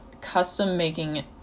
custom-making